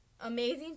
amazing